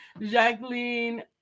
Jacqueline